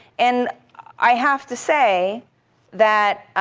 and i have to say that